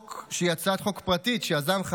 אני מזמין את יושב-ראש הוועדה למיזמים ציבוריים